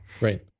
Right